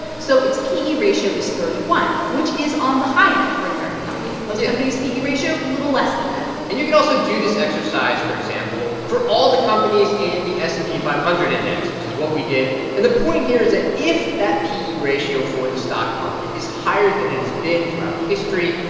so its p e ratio is thirty one, which is on the high end for an american company yeah most companies' p e ratio little less than that and you can also also do this exercise, for example, for all the companies in the s and p five hundred index, which is what we did. and the point here is that if that p e ratio for the stock market is higher than it has been throughout history,